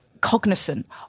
cognizant